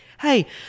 hey